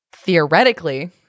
Theoretically